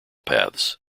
paths